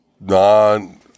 non